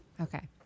Okay